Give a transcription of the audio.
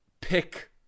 pick